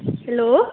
hello